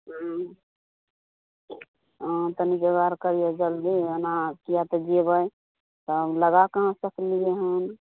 तनी जोगाड़ करियौ जल्दी आ ओना किए तऽ जेबै तऽ लगा कहाँ सकलियै हँ